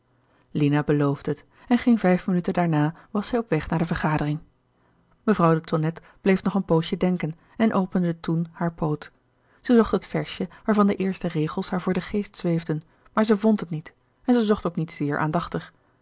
lina beloofde het en geen vijf minuten daarna was zij op weg naar de vergadering mevrouw de tonnette bleef nog een poosje denken en opende toen haar poot zij zocht het versje waarvan de eerste regels haar voor den geest zweefden maar zij vond het niet en ze zocht ook niet zeer aandachtig